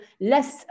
less